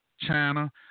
China